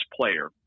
player